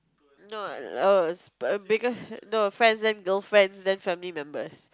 no ah oh because no friends then girlfriends then family members